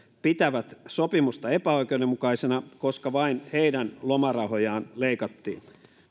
pitävät sopimusta epäoikeudenmukaisena koska vain heidän lomarahojaan leikattiin